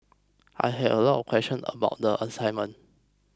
I had a lot of questions about the assignment